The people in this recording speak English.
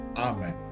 Amen